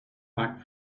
back